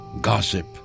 gossip